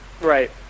Right